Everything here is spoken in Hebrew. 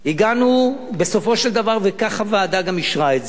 הגענו בסופו של דבר, וכך הוועדה גם אישרה את זה,